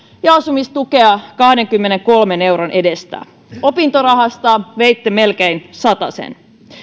ja asumistukea kahdenkymmenenkolmen euron edestä opintorahasta veitte melkein satasen